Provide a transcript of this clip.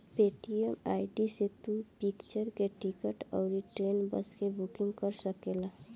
Paytm ID से तू picture के टिकट अउरी ट्रेन, बस के बुकिंग कर सकेला